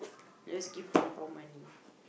just give hong-bao money